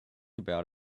about